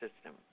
system